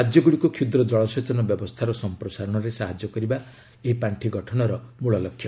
ରାଜ୍ୟଗୁଡ଼ିକୁ କ୍ଷୁଦ୍ର ଜଳସେଚନ ବ୍ୟବସ୍ଥାର ସମ୍ପ୍ରସାରଣରେ ସାହାଯ୍ୟ କରିବା ଏହି ପାର୍ଷି ଗଠନର ମୂଳ ଲକ୍ଷ୍ୟ